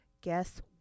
guess